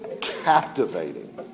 captivating